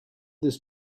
this